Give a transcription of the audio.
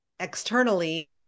externally